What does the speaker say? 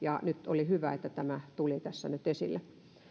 nyt oli hyvä että tämä tuli tässä nyt esille